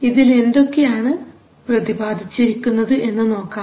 ഇതിൽ എന്തൊക്കെയാണ് പ്രതിപാദിച്ചിരിക്കുന്നത് എന്നു നോക്കാം